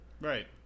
Right